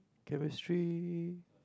chemistry